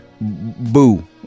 Boo